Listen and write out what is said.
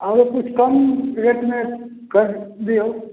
आओरो किछु कम रेटमे करि दियौ